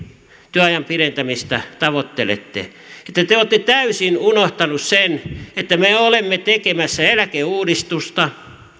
työajan pidentämistä tavoittelette että te olette täysin unohtaneet sen että me olemme tekemässä eläkeuudistusta